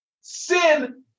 Sin